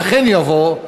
ואכן יבוא,